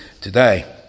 today